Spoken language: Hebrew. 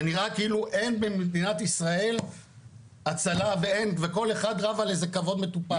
זה נראה כאילו אין במדינת ישראל הצלה וכל אחד רב על איזה כבוד מטופש,